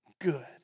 good